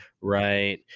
right